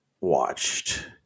watched